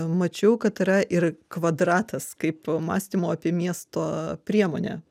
mačiau kad yra ir kvadratas kaip mąstymo apie miesto priemonę